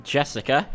Jessica